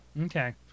Okay